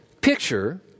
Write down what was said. picture